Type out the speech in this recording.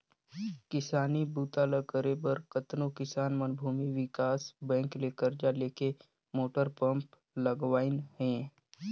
किसानी बूता ल करे बर कतनो किसान मन भूमि विकास बैंक ले करजा लेके मोटर पंप लगवाइन हें